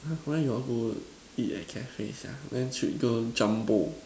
where got go eat at cafe sia then should go Jumbo